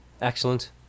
Excellent